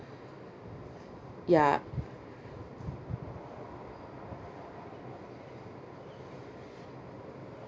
ya